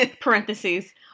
Parentheses